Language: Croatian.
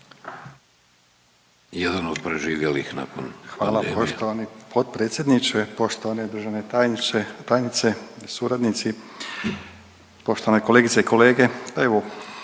Hvala poštovani potpredsjedniče. Poštovane državne tajnice i suradnici, poštovane kolegice i kolege,